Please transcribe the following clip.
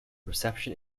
reception